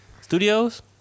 Studios